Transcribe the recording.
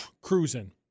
cruising